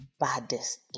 baddest